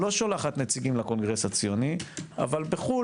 לא שולחת נציגים לקונגרס הציוני אבל בחו"ל